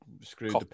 screwed